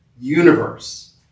universe